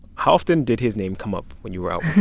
how often did his name come up when you were out